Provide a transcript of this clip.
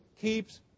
keeps